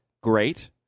great